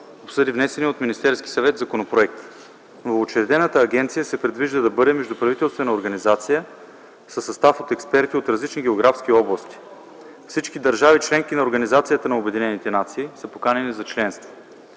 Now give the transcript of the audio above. обсъди внесения от Министерския съвет законопроект. Новоучредената агенция се предвижда да бъде междуправителствена организация със състав от експерти от различни географски области. Всички държави – членки на Организацията на обединените нации са поканени за членство.